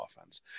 offense